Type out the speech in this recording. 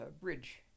bridge